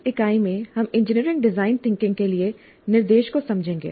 इस इकाई में हम इंजीनियरिंग डिजाइन थिंकिंग के लिए निर्देश को समझेंगे